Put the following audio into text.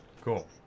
Cool